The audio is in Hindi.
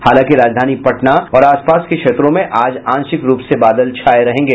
हालांकि राजधानी पटना और आस पास के क्षेत्रों में आज आंशिक रूप से बादल छाये रहेंगे